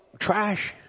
trash